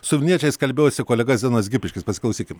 su vilniečiais kalbėjosi kolega zenonas gipiškis pasiklausykim